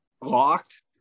locked